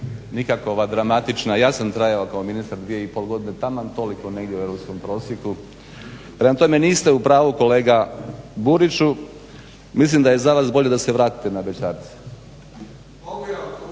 nikakva dramatična. Ja sam trajao kao ministar 2,5 godine taman toliko negdje u europskom prosjeku. Prema tome niste u pravu kolega Buriću. Mislim da je za vas bolje da se vratite na bećarce.